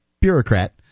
bureaucrat